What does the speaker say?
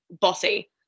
bossy